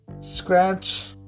scratch